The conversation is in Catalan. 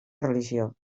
religió